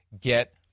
get